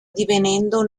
divenendo